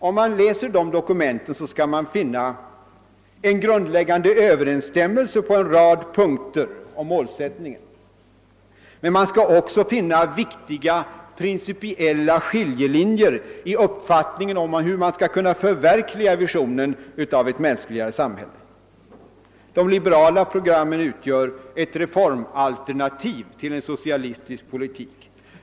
Den som läser de dokumenten skall finna en grundläggande överensstämmelse på en rad punkter i fråga om målsättningen, men han skall också finna viktiga principiella skiljelinjer i uppfattningen om hur visionen av ett mänskligare samhälle skall kunna förverkligas. De liberala programmen utgör ett reformalternativ.